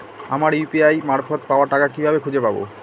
আমার ইউ.পি.আই মারফত পাওয়া টাকা কিভাবে খুঁজে পাব?